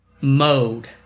mode